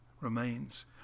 remains